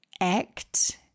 act